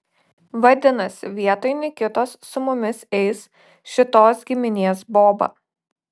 vadinasi vietoj nikitos su mumis eis šitos giminės boba